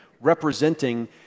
representing